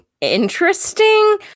interesting